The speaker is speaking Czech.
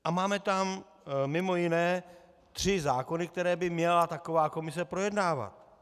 A máme tam mimo jiné tři zákony, které by měla taková komise projednávat.